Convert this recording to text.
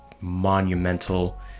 monumental